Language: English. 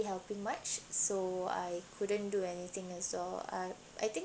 helping much so I couldn't do anything as well uh I think